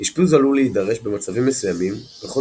אשפוז עלול להידרש במצבים מסוימים בכל